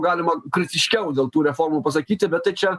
galima kritiškiau dėl tų reformų pasakyti bet tai čia